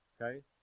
okay